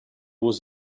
was